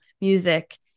music